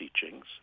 teachings